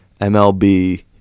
MLB